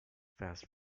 fast